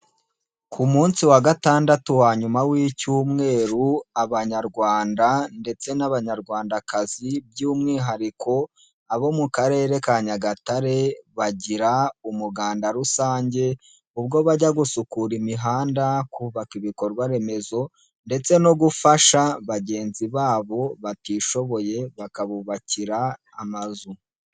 Ku munsi wa gatandatu wa nyuma w'icyumweru, Abanyarwanda ndetse n'Abanyarwandakazi by'umwihariko abo mu karere ka Nyagatare bagira umuganda rusange, ubwo bajya gusukura imihanda, kubaka ibikorwa remezo ndetse no gufasha bagenzi babo batishoboye bakabubakira amazu.